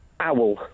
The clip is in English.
Owl